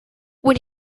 when